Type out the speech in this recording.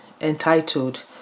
entitled